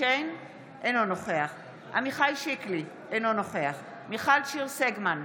אינו נוכח עמיחי שיקלי, אינו נוכח מיכל שיר סגמן,